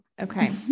Okay